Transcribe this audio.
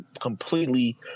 completely